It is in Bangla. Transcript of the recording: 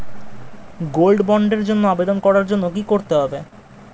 গোল্ড বন্ডের জন্য আবেদন করার জন্য কি করতে হবে?